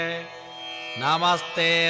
Namaste